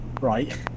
right